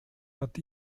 hat